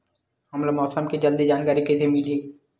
हमला मौसम के जल्दी जानकारी कइसे मिलही?